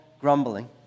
Grumbling